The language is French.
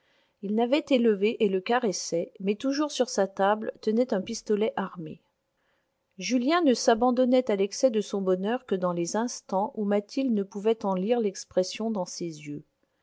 il n'avait élevé et le caressait mais toujours sur sa table tenait un pistolet armé julien ne s'abandonnait à l'excès de son bonheur que dans les instants où mathilde ne pouvait en lire l'expression dans ses yeux